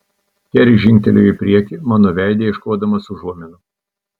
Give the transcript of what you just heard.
keris žingtelėjo į priekį mano veide ieškodamas užuominų